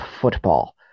football